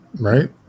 Right